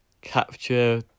capture